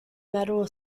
metal